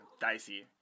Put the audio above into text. Dicey